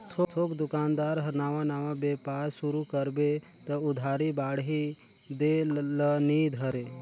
थोक दोकानदार हर नावा नावा बेपार सुरू करबे त उधारी बाड़ही देह ल नी धरे